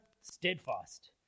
steadfast